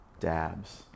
dabs